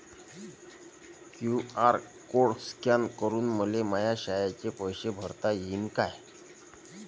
QR code scan करून मले माया शाळेचे पैसे भरता येईन का?